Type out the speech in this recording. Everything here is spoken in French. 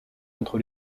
entre